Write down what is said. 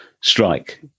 strike